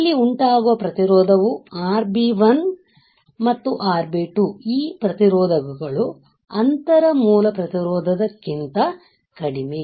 ಇಲ್ಲಿ ಉಂಟಾಗುವ ಪ್ರತಿರೋಧವು RB1 ಮತ್ತು RB2 ಈ ಪ್ರತಿರೋಧಕಗಳು ಅಂತರ ಮೂಲ ಪ್ರತಿರೋಧಕ್ಕಿಂತ ಕಡಿಮೆ